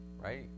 Right